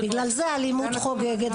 בגלל זה האלימות חוגגת,